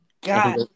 God